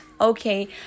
Okay